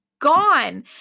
gone